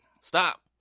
Stop